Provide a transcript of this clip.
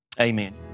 amen